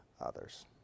others